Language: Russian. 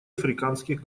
африканских